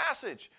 passage